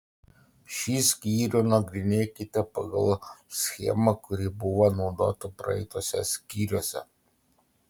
šį skyrių nagrinėkite pagal schemą kuri buvo naudota praeituose skyriuose